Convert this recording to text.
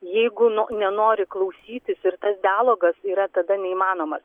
jeigu no nenori klausytis ir tas dialogas yra tada neįmanomas